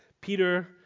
Peter